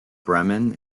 bremen